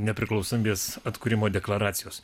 nepriklausomybės atkūrimo deklaracijos